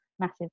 Massive